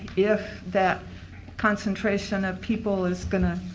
if that concentration of people is going to.